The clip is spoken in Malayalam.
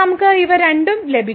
നമുക്ക് ഇവ രണ്ടും ലഭിച്ചു